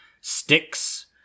sticks